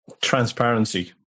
Transparency